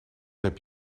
heb